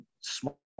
small